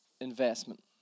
investment